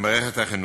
במערכת החינוך.